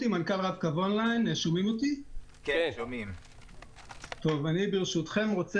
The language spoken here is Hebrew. אני ברשותכם רוצה